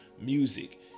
music